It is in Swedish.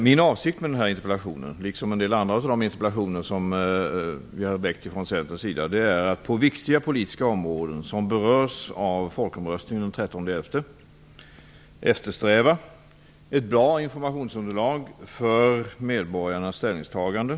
Min avsikt med denna interpellation, liksom med en del andra interpellationer som vi i Centern har framställt, är att på viktiga politiska områden som berörs av folkomröstningen den 13 november eftersträva ett bra informationsunderlag för medborgarnas ställningstaganden.